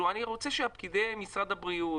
אני רוצה שפקידי משרד הבריאות,